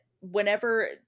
whenever